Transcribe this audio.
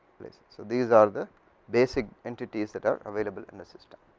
so these are the basic entities that are available in the system.